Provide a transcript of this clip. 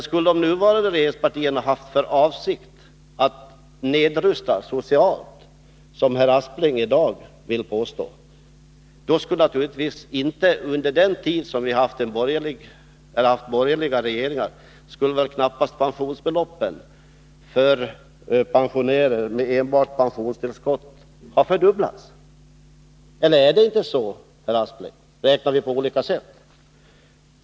Skulle de nuvarande regeringspartierna ha haft för avsikt att nedrusta socialt, vilket herr Aspling i dag vill påstå, skulle väl inte under den tid som vi har haft borgerliga regeringar pensionsbeloppet för pensionärer med enbart pensionstillskott ha fördubblats. Eller är det inte så, herr Aspling? Räknar vi på olika sätt?